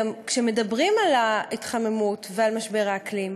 גם כשמדברים על ההתחממות ועל משבר האקלים,